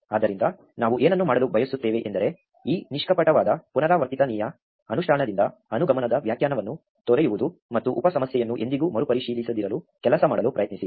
ಆದ್ದರಿಂದ ನಾವು ಏನನ್ನು ಮಾಡಲು ಬಯಸುತ್ತೇವೆಯೆಂದರೆ ಈ ನಿಷ್ಕಪಟವಾದ ಪುನರಾವರ್ತನೀಯ ಅನುಷ್ಠಾನದಿಂದ ಅನುಗಮನದ ವ್ಯಾಖ್ಯಾನವನ್ನು ತೊರೆಯುವುದು ಮತ್ತು ಉಪ ಸಮಸ್ಯೆಯನ್ನು ಎಂದಿಗೂ ಮರುಪರಿಶೀಲಿಸದಿರಲು ಕೆಲಸ ಮಾಡಲು ಪ್ರಯತ್ನಿಸಿ